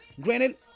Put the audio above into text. Granted